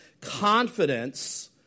confidence